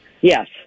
Yes